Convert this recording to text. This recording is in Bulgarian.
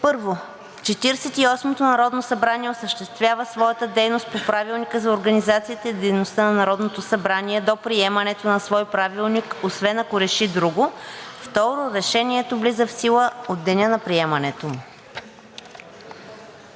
и осмото народно събрание осъществява своята дейност по Правилника за организацията и дейността на Народното събрание до приемането на свой правилник, освен ако реши друго. 2. Решението влиза в сила от деня на приемането